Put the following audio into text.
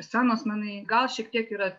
scenos menai gal šiek tiek yra